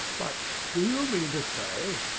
but do you mean to say,